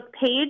page